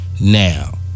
Now